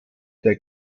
der